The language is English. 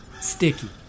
sticky